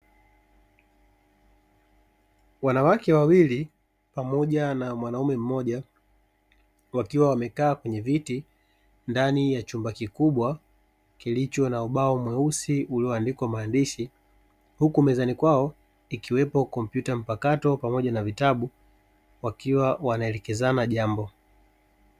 Wanawake wawili pamoja na mwanaume mmoja wakiwa wamekaa kwenye viti ndani ya chumba kikubwa kilicho na ubao mweusi ulioandikwa maandishi, huku mezani kwao ikiwepo kompyuta mpakato pamoja na vitabu wakiwa wanaelekezana jambo.